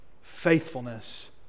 faithfulness